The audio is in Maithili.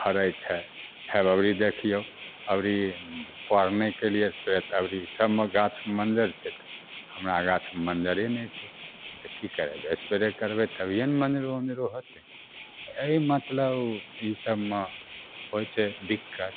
फड़य छै हैवा अबरी देखियौ अबरी नहि कयलियै स्प्र तऽ अबरी सबमे गाछ मञ्जर छै तऽ हमरा गाछमे मञ्जरे नहि छै तऽ की करबय स्प्रे करबय तभियेने मञ्जरो ओन्जरो होयतय तऽ अइ मतलब ई सबमऽ होइ छै दिक्कत